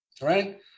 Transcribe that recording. right